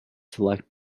select